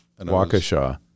Waukesha